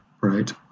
right